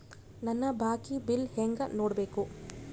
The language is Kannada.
ನನ್ನ ಬಾಕಿ ಬಿಲ್ ಹೆಂಗ ನೋಡ್ಬೇಕು?